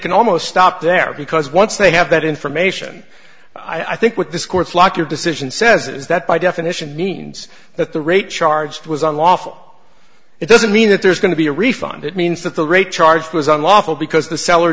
can almost stop there because once they have that information i think what this court's lockyer decision says is that by definition means that the rate charged was unlawful it doesn't mean that there's going to be a refund it means that the rate charged was unlawful because the sell